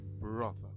brother